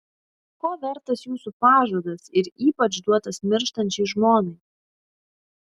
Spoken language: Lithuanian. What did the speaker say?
ko vertas jūsų pažadas ir ypač duotas mirštančiai žmonai